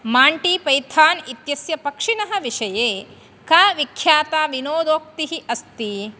Monty Python इत्यस्य पक्षिणः विषये का विख्याता विनोदोक्तिः अस्ति